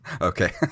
Okay